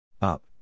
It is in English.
Up